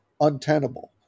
untenable